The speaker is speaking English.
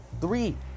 three